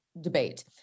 debate